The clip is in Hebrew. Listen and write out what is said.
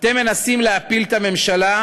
אתם מנסים להפיל את הממשלה,